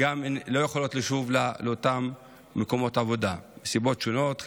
והן לא יכולות לשוב לאותם מקומות עבודה מסיבות שונות.